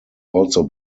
also